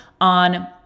on